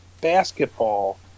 basketball